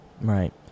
Right